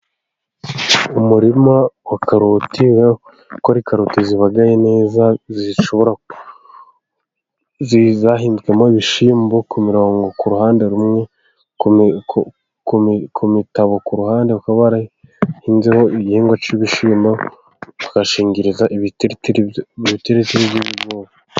Umurima wa karoti bigaragara ko ari karoti zibagaye neza, zahinzwemo ibishyimbo ku mirongo ku ruhande rumwe, ku mitabo ku ruhande bakaba barahinzeho igihingwa cy'ibishyimbo, bagashingiriza ibitiritiri by'ibigori.